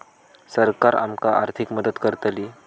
सरकार आमका आर्थिक मदत करतली?